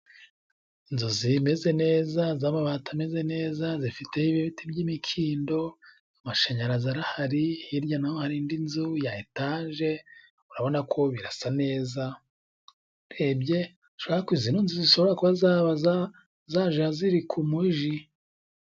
Inzu zi zimeze neza z'amabati ameze neza ,zifite ibiti by'imikindo, amashanyarazi arahari, hirya naho hari indi nzu ya etaje urabonako birasa neza, urebye zino nzu zishobora kuba zaja ziri ku muji.